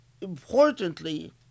importantly